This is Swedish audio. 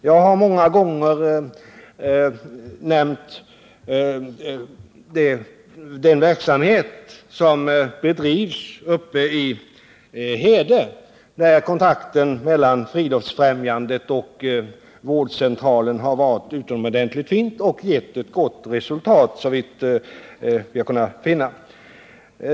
Jag har många gånger nämnt den verksamhet som bedrivs i Hede, där kontakten mellan Friluftsfrämjandet och vårdcentralen varit utomordentligt fin och såvitt vi har kunnat finna givit ett gott resultat.